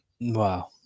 Wow